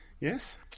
yes